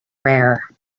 rare